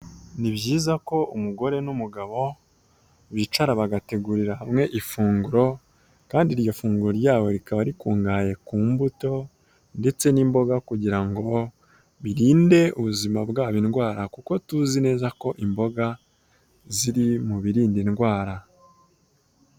Ni byiza ko umugore n'umugabo bicara bagategurira hamwe ifunguro ,kandi iryo funguro ryabo rikaba rikungahaye ku mbuto ,ndetse n'imboga kugira ngo birinde ubuzima bwabo indwara kuko tuzi neza ko imboga ziri mu birinda indwara.